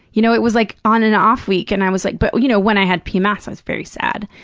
you know it was, like, on an off-week and i was like but you know when i had pms, um ah so i was very sad.